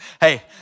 Hey